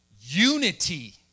unity